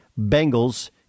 Bengals